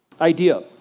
idea